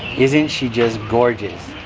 isn't she just gorgeous!